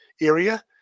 area